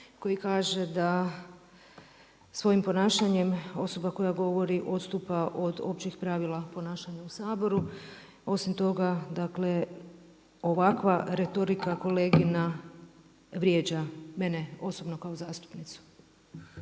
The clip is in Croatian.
koji kaže da svojim ponašanjem osoba koja govori odstupa od općih pravila ponašanja u Saboru. Osim toga ovakva retorika kolege vrijeđa mene osobno kao zastupnicu.